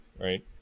right